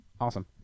Awesome